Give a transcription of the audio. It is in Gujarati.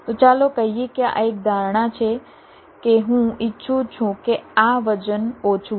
તો ચાલો કહીએ કે આ એક ધારણા છે કે હું ઈચ્છું છું કે આ વજન ઓછું હોય